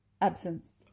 Absence